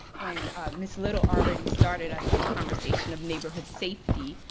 and ms. little already started us in the conversation of neighborhood safety,